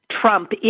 Trump